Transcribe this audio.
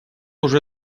уже